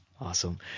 Awesome